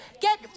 get